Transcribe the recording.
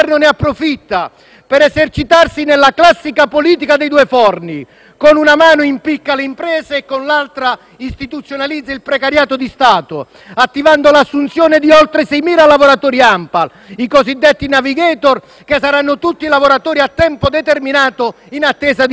per esercitarsi nella classica politica dei due forni: con una mano impicca le imprese e con l'altra istituzionalizza il precariato di Stato, attivando l'assunzione di oltre 6.000 lavoratori ANPAL, i cosiddetti *navigator*, che saranno tutti lavoratori a tempo determinato in attesa di stabilizzazione.